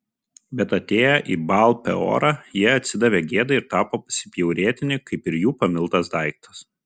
bet atėję į baal peorą jie atsidavė gėdai ir tapo pasibjaurėtini kaip ir jų pamiltas daiktas